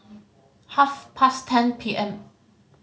half past ten P M